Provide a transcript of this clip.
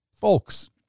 folks